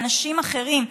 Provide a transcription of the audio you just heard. מאנשים אחרים,